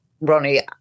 Ronnie